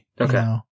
Okay